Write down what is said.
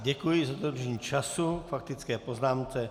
Děkuji za dodržení času k faktické poznámce.